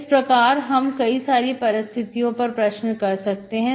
इस प्रकार हम कई सारी परिस्थितियों पर प्रश्न कर सकते हैं